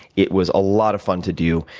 it was a lot of fun to do.